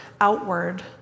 outward